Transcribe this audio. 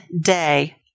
day